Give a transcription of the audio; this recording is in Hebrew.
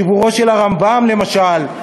חיבורו של הרמב"ם למשל,